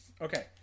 Okay